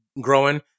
growing